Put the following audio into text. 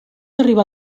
arribar